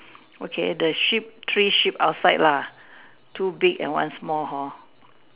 okay the sheep three sheep outside lah two big and one small hor